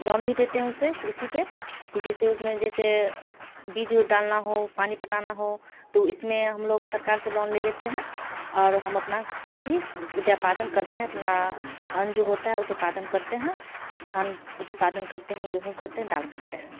loan भी देते हैं उस पर कृषि पर कि जैसे उस में जैसे बीज डालना हो पानी पटाना हो तो इस में हम लोग सरकार से लौन ले लेते हैं और हम अपनी कृषि उत्पादन करते हैं अपना अन्न जो होता है उत्पादन करते हैं धान उत्पादन करते हैं गेहूँ करते हैं दाल करते हैं